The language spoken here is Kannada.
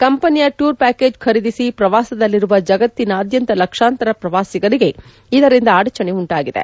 ಕಂಪನಿಯ ಟೂರ್ ಪ್ಡಾಕೇಜ್ ಖರೀದಿಸಿ ಪ್ರವಾಸದಲ್ಲಿರುವ ಜಗತ್ತಿನಾದ್ಯಂತ ಲಕ್ಷಾಂತರ ಪ್ರವಾಸಿಗರಿಗೆ ಇದರಿಂದ ಅಡಚಣೆ ಉಂಟಾಗಿದೆ